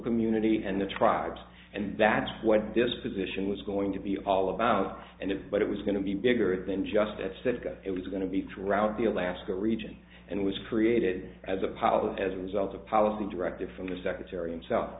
community and the tribes and that's what this position was going to be all about and it but it was going to be bigger than just etc it was going to be throughout the alaska region and it was created as a pilot as a result of policy directive from the secretary and s